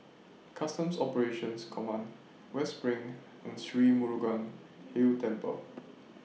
Customs Operations Command West SPRING and Sri Murugan Hill Temple